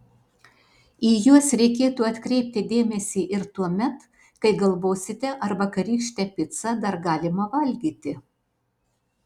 į juos reikėtų atkreipti dėmesį ir tuomet kai galvosite ar vakarykštę picą dar galima valgyti